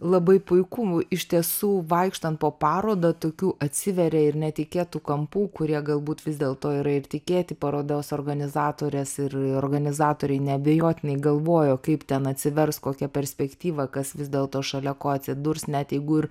labai puiku iš tiesų vaikštant po parodą tokių atsiveria ir netikėtų kampų kurie galbūt vis dėlto yra ir tikėti parodos organizatorės ir organizatoriai neabejotinai galvojo kaip ten atsivers kokia perspektyva kas vis dėlto šalia ko atsidurs net jeigu ir